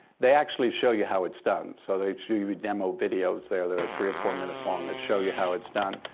they actually show you how it's done. so they show you demo videos there that are three or four minutes long that show you how it's done.